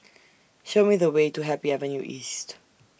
Show Me The Way to Happy Avenue East